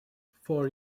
four